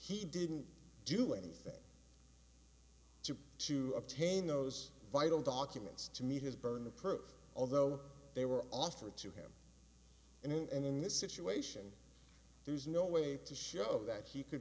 he didn't do anything to to obtain those vital documents to meet his burden of proof although they were offered to him in and in this situation there's no way to show that he could